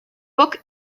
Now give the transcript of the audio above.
book